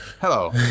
Hello